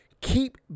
keep